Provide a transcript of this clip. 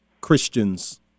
Christians